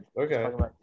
Okay